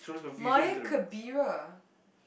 Maya-Khabira